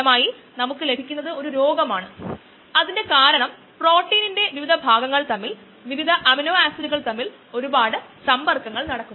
ഊർജ്ജ വ്യവസായത്തിൽ bio oil നിന്ന് ബയോ ഡീസൽ ഉൽപാദിപ്പിക്കുന്നത് നിശ്ചലമാക്കിയ എൻസൈം അസ്ഥിരമാക്കിയ ലിപേസ് എന്നിവ ഉപയോഗിച്ച് നടത്തുന്നു